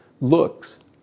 looks